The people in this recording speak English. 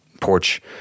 porch